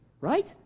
Right